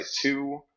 two